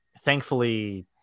Thankfully